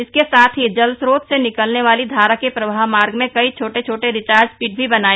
इसके सांथ ही जलस्रोत से निकलने वाली धारा के प्रवाह मार्ग में कई छोटे छोटे रिचार्ज पिट भी बनाए